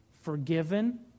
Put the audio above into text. forgiven